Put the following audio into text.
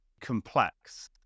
complex